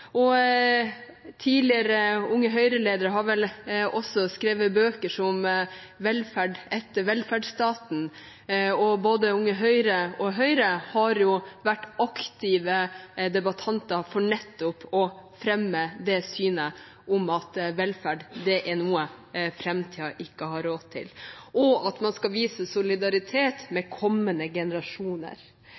velferd. Tidligere Unge Høyre-ledere har vel også vært med på å skrive bøker som «Velferd etter velferdsstaten», og både Unge Høyre og Høyre har vært aktive debattanter for nettopp å fremme det synet at velferd er noe framtiden ikke har råd til, og at man skal vise solidaritet med kommende generasjoner.